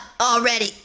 already